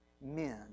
men